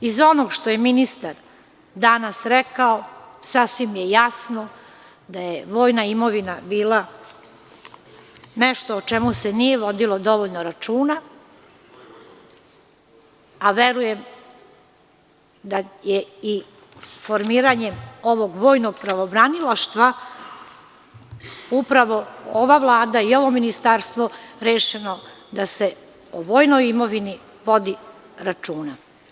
Iz onog što je ministar danas rekao, sasvim je jasno da je vojna imovina bila nešto o čemu se nije vodilo dovoljno računa, a verujem da je i formiranjem ovog vojnog pravobranilaštva upravo ova Vlada i ovo ministarstvo rešeno da se o vojnoj imovini vodi računa.